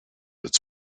its